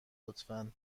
لطفا